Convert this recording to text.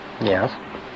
Yes